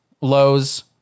lows